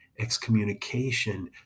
excommunication